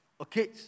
Okay